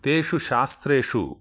तेषु शास्त्रेषु